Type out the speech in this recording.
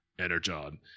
energon